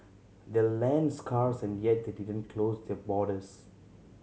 they're land scarce and yet they didn't close their borders